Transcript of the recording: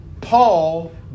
Paul